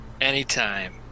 anytime